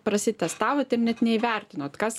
prasitestavot ir net neįvertinot kas